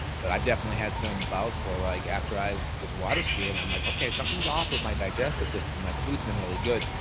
but i've definitely had some bouts where like, after i was waterskiing, i'm like, okay, something's off with my digestive system. my foods been really good.